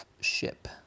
ship